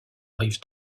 rive